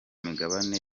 migabane